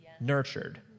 nurtured